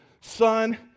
Son